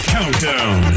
Countdown